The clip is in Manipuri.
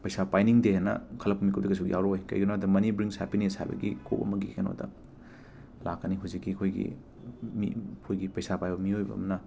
ꯄꯩꯁꯥ ꯄꯥꯏꯅꯤꯡꯗꯦ ꯍꯥꯏꯅ ꯈꯜꯂꯛꯄ ꯃꯤꯀꯨꯞꯇꯤ ꯀꯩꯁꯨ ꯌꯥꯎꯔꯛꯑꯣꯏ ꯀꯔꯤꯒꯤꯅꯣ ꯍꯥꯏꯕꯗ ꯃꯅꯤ ꯕ꯭ꯔꯤꯡ꯭ꯁ ꯍꯦꯄꯤꯅꯦꯁ ꯍꯥꯏꯕꯒꯤ ꯀꯣꯛ ꯑꯃꯒꯤ ꯀꯩꯅꯣꯗ ꯂꯥꯛꯀꯅꯤ ꯍꯧꯖꯤꯛꯀꯤ ꯑꯩꯈꯣꯏꯒꯤ ꯃꯤ ꯑꯩꯈꯣꯏꯒꯤ ꯄꯩꯁꯥ ꯄꯥꯏꯕ ꯃꯤꯑꯣꯏꯕ ꯑꯝꯅ